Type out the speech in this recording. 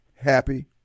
happy